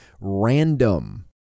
random